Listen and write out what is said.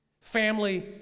Family